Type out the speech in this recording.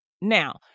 Now